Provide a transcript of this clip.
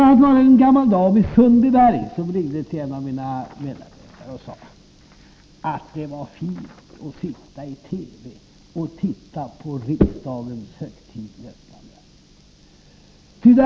a. var det en gammal dam i Sundbyberg som ringde till en av mina medarbetare och sade: ”Det var fint att sitta och titta på riksdagens högtidliga öppnande i TV.